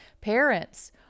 Parents